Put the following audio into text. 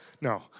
no